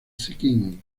sikkim